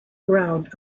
ground